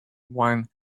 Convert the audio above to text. wine